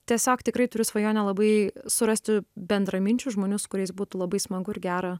tiesiog tikrai turiu svajonę labai surasti bendraminčių žmonių su kuriais būtų labai smagu ir gera